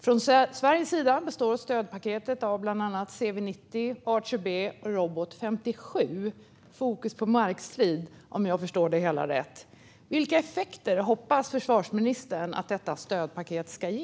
Från Sveriges sida består stödpaketet av bland annat CV90, Archer B och Robot 57 - fokus på markstrid om jag förstår det hela rätt. Vilka effekter hoppas försvarsministern att detta stödpaket ska ge?